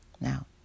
Now